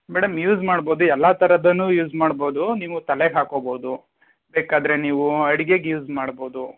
madam use ಮಾಡ್ಬೋದು ಎಲ್ಲ ತರಹದ್ದನ್ನು ಯೂಸ್ ಮಾಡ್ಬೋದು ನೀವು ತಲೆಗೆ ಹಾಕ್ಕೋಬೋದು ಬೇಕಾದರೆ ನೀವು ಅಡ್ಗೆಗೆ ಯೂಸ್ ಮಾಡ್ಬೋದು